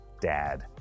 dad